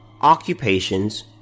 occupations